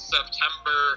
September